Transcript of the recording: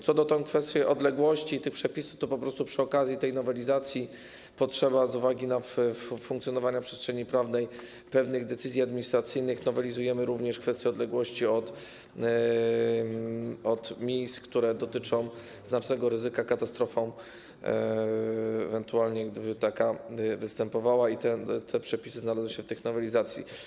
Co do kwestii odległości i tych przepisów, to po prostu przy okazji tej nowelizacji z uwagi na funkcjonowanie w przestrzeni prawnej pewnych decyzji administracyjnych nowelizujemy również kwestię odległości od miejsc, których dotyczy znaczne ryzyko katastrofy, ewentualnie gdyby taka występowała, i te przepisy znalazły się w tej nowelizacji.